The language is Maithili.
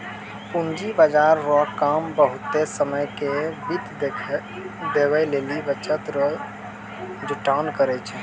पूंजी बाजार रो काम बहुते समय के वित्त देवै लेली बचत रो जुटान करै छै